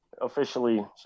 officially